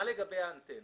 מה לגבי האנטנות?